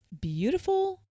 Beautiful